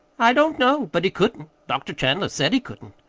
i don't know. but he couldn't. dr. chandler said he couldn't.